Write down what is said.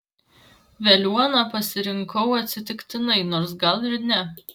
veliuoną pasirinkau atsitiktinai nors gal ir ne